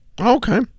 Okay